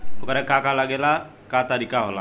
ओकरा के का का लागे ला का तरीका होला?